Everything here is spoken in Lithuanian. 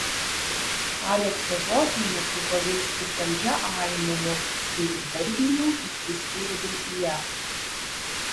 alekso žodžiai netruko virsti saldžia aimana kai jis dar giliau įsiskverbė į ją